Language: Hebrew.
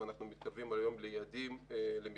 ואנחנו כבר מתקרבים היום ביעדים שלנו